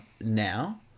now